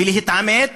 ולהתעמת,